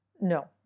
No